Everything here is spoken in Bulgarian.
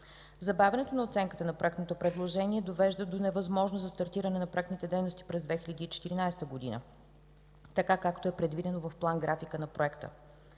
Забавянето на оценката на проектното предложение довежда до невъзможност за стартиране на проектните дейности през 2014 г., така както е предвидено в план-графика на проекта.